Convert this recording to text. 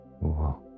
wow